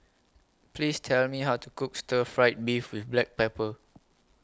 Please Tell Me How to Cook Stir Fried Beef with Black Pepper